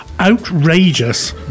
Outrageous